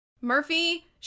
Murphy